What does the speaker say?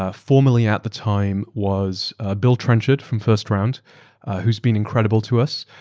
ah formerly at the time, was bill trenchard from first round who's been incredible to us,